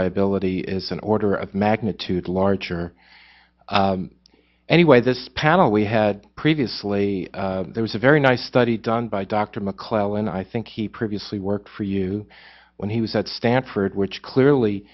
liability is an order of magnitude larger anyway this panel we had previously there was a very nice study done by dr mcclellan i think he previously worked for you when he was at stanford which clearly